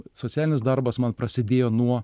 socialinis darbas man prasidėjo nuo